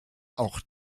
auch